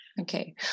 Okay